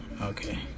Okay